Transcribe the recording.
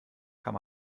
kann